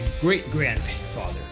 great-grandfather